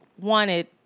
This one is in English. wanted